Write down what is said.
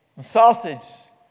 sausage